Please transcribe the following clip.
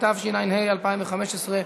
התשע"ה 2015,